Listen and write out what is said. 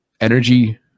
energy